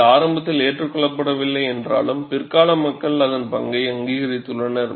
இது ஆரம்பத்தில் ஏற்றுக்கொள்ளப்படவில்லை என்றாலும் பிற்கால மக்கள் அதன் பங்கை அங்கீகரித்துள்ளனர்